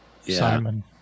Simon